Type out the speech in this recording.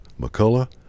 McCullough